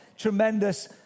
Tremendous